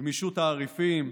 גמישות תעריפים,